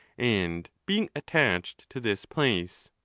and being attached to this place.